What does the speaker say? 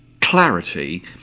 clarity